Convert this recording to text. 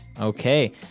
Okay